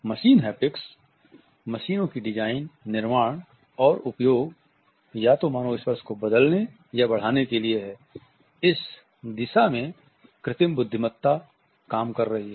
machine haptics मशीनों की design निर्माण और उपयोग या तो मानव स्पर्श को बदलने या बढ़ाने के लिए है इस दिशा में कृत्रिम बुद्धिमत्ता काम कर रही है